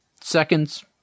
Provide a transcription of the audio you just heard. seconds